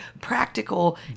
practical